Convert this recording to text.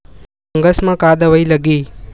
Fungus म का दवाई लगी?